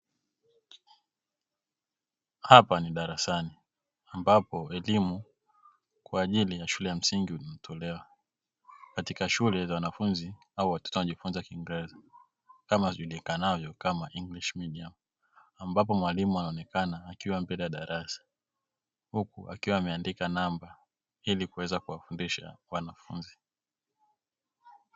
Hapa ni darasani ambapo elimu kwa ajili ya shule ya msingi hutolewa katika shule za wanafunzi au watoto wanaojifunza kiingereza kama zijulikanazo kama "English medium". Ambapo mwalimu anaonekana akiwa mbele ya darasa huku akiwa ameandika namba ili kuweza kuwafundisha wanafunzi.